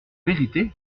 vérité